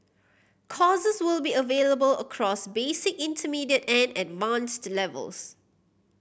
courses will be available across basic intermediate and advanced levels